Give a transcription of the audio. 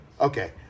okay